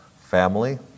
family